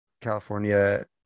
California